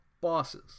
bosses